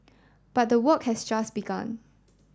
but the work has just begun